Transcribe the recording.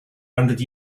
hundred